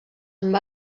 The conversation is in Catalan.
amb